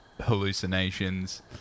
hallucinations